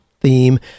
theme